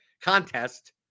contest